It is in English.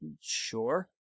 sure